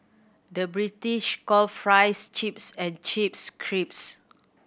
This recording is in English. the British call fries chips and chips